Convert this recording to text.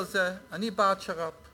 אני בעד שר"פ.